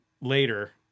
later